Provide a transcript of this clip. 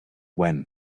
when